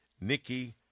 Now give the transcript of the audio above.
Nikki